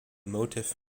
motif